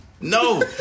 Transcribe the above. No